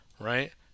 right